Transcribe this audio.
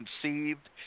conceived